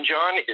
John